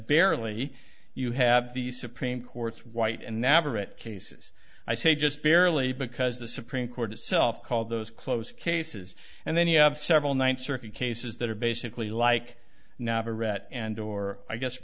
barely you have the supreme court's white and navarette cases i say just barely because the supreme court itself called those close cases and then you have several ninth circuit cases that are basically like navarrette and or i guess